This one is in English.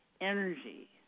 energy